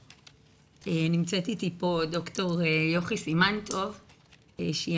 נמצאת איתי פה ד"ר יוכי סימן טוב שהיא